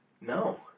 No